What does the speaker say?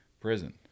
prison